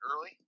early